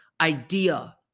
idea